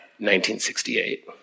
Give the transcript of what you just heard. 1968